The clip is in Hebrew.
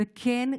וכן,